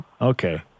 Okay